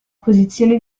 posizione